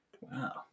Wow